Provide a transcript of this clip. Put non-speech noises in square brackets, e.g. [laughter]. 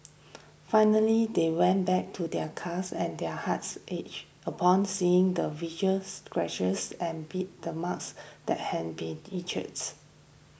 finally they went back to their cars and their hearts ached upon seeing the visuals scratches and bite the marks that had been [unintelligible]